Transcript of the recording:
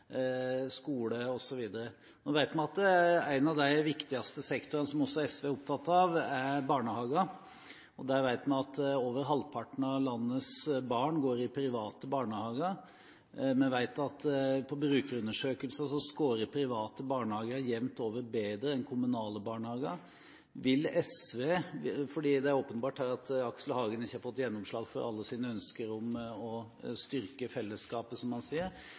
skole osv. Nå vet vi at en av de viktigste sektorene, som også SV er opptatt av, er barnehagene, og vi vet at over halvparten av landets barn går i private barnehager. Vi vet at i brukerundersøkelser scorer private barnehager jevnt over bedre enn kommunale barnehager. Det er åpenbart at Aksel Hagen ikke har fått gjennomslag for alle sine ønsker om å styrke fellesskapet, som han sier.